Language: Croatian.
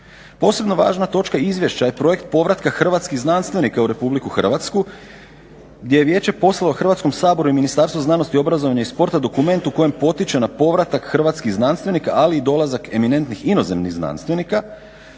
Posebno važna točka Izvješća je projekt povratka hrvatskih znanstvenika u Republiku Hrvatsku, gdje je Vijeće poslalo Hrvatskom saboru i Ministarstvu znanosti, obrazovanja i sporta dokument u kojem potiče na povratak hrvatskih znanstvenika, ali i dolazak eminentnih inozemnih znanstvenika.